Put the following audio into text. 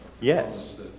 Yes